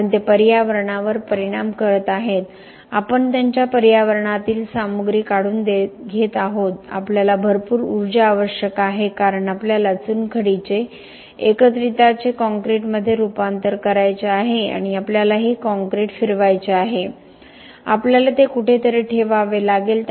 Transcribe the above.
कारण ते पर्यावरणावर परिणाम करत आहेत आपण त्यांच्या पर्यावरणातील सामग्री काढून घेत आहोत आपल्याला भरपूर ऊर्जा आवश्यक आहे कारण आपल्याला चुनखडीचे एकत्रितांचे काँक्रीटमध्ये रूपांतर करायचे आहे आणि आपल्याला हे काँक्रीट फिरवायचे आहे आपल्याला ते कुठेतरी ठेवावे लागेल